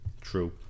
True